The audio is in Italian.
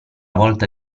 volta